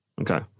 Okay